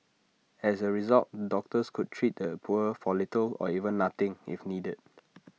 as A result doctors could treat the poor for little or even nothing if needed